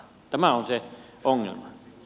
tämä on se ongelma